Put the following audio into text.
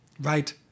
Right